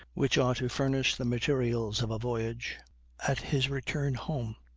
which are to furnish the materials of a voyage at his return home.